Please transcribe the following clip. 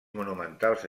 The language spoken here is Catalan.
monumentals